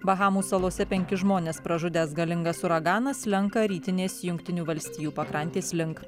bahamų salose penkis žmones pražudęs galingas uraganas slenka rytinės jungtinių valstijų pakrantės link